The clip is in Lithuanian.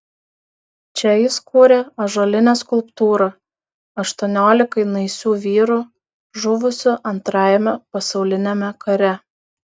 čia jis kūrė ąžuolinę skulptūrą aštuoniolikai naisių vyrų žuvusių antrajame pasauliniame kare